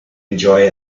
enjoy